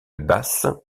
basse